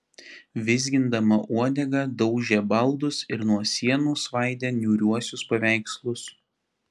vizgindama uodegą daužė baldus ir nuo sienų svaidė niūriuosius paveikslus